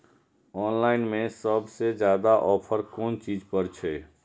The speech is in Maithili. ऑनलाइन में सबसे ज्यादा ऑफर कोन चीज पर छे?